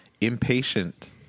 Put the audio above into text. impatient